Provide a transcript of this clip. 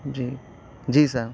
جی جی سر